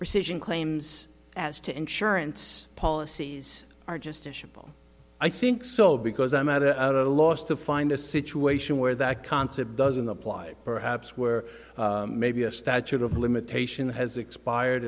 recision claims as to insurance policies are just a ship i think so because i'm at a loss to find a situation where that concept doesn't apply perhaps where maybe a statute of limitations has expired